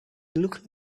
look